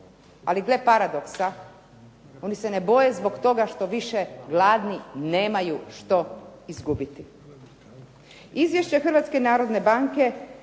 Ali gle paradoksa, oni se ne boje zbog toga što više gladni nemaju što izgubiti. Izvješće Hrvatske narodne banke